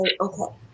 okay